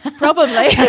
ah probably, yeah,